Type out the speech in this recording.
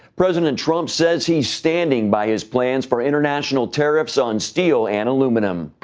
president trump says he is standing by his plans for international tariffs on steel and aluminum.